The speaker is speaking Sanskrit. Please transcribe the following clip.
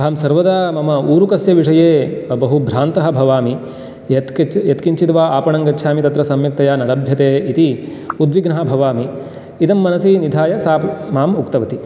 अहं सर्वदा मम ऊरुकस्य विषये बहुभ्रान्तः भवामि यत्किञ्चित् वा आपणङ्गच्छामि तत्र सम्यक्तया न लभ्यते इति उद्विग्नः भवामि इदं मनसि निधाय सापि माम् उक्तवती